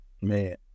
man